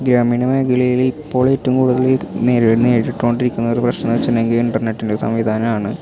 ഗ്രാമീണ മേഖലയില് ഇപ്പോള് ഏറ്റവും കൂടുതല് നേരിടെ നേരിട്ടുകൊണ്ടിരിക്കുന്ന ഒരു പ്രശ്നമെന്ന് വെച്ചിട്ടുണ്ടെങ്കിൽ ഇന്റര്നെറ്റിന്റെ സംവിധാനമാണ്